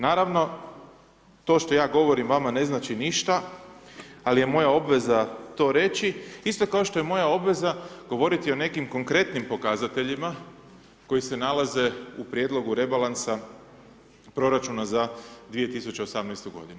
Naravno, to što ja govorim vama ne znači ništa, ali je moja obveza to reći, isto kao što je moja obveza govoriti o nekim konkretnim pokazateljima, koji se nalaze u Prijedlogu rebalansa proračuna za 2018. godinu.